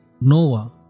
Noah